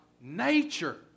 nature